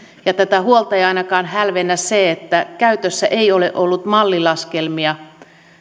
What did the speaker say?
tätä huolta ei ainakaan hälvennä se että käytössä ei ole ollut mallilaskelmia